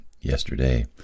yesterday